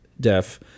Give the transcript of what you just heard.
deaf